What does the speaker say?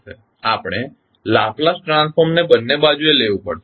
આપણે લાપ્લાસ ટ્રાન્સફોર્મને બંને બાજુએ લેવું પડશે